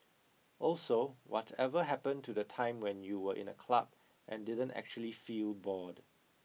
also whatever happened to the time when you were in a club and didn't actually feel bored